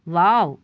wow